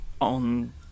on